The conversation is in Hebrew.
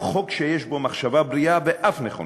הוא חוק שיש בו מחשבה בריאה ואף נכונה.